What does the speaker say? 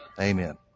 Amen